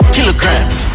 Kilograms